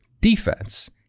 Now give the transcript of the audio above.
defense